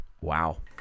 Wow